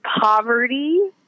poverty